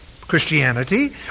Christianity